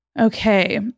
Okay